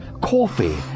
coffee